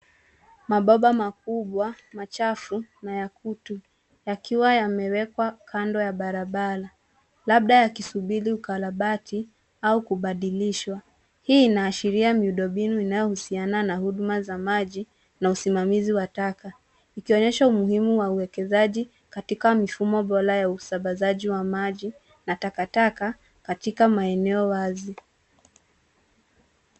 Mabomba makubwa, machafu, na ya kutu yakiwa yamewekwa kando ya barabara, labda yakisubiri ukarabati au kubadilishwa. Hii inaashiria miundo mbinu inayohusiana na huduma za maji na usimamizi wa taka, ikionyesha umuhimu ya uwekezaji katika mifumo bora ya usambazaji wa maji na takataka katika maeneo wazi.